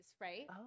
right